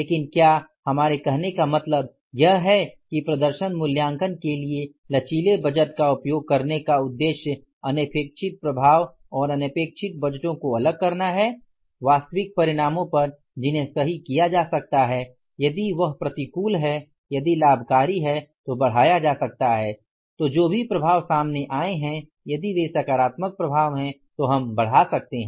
लेकिन क्या हमारे कहने का मतलब यह है कि प्रदर्शन मूल्यांकन के लिए लचीले बजट का उपयोग करने का उद्येश्य अनपेक्षित प्रभाव और अनपेक्षित बजटों को अलग करना है वास्तविक परिणामों पर जिन्हें सही किया जा सकता है यदि वह प्रतिकूल है यदि लाभकारी है तो बढ़ाया जा सकता है तो जो भी प्रभाव सामने आए हैं यदि वे सकारात्मक प्रभाव हैं तो हम बढ़ा सकते हैं